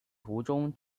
途中